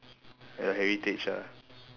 your heritage ah